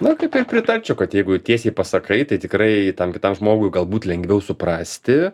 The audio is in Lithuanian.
na kaip ir aš pritarčiau kad jeigu tiesiai pasakai tai tikrai tam kitam žmogui galbūt lengviau suprasti